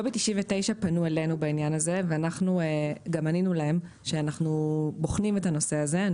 לובי 99 פנו אלינו בעניין הזה והשבנו שאנו בוחנים את הנושא הזה.